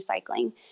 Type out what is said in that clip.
recycling